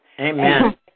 Amen